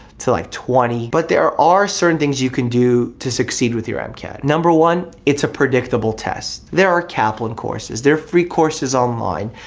to like twenty. but there are certain things you can do to succeed with your mcat. number one, it's a predictable test. there are kaplan courses, there are free courses online,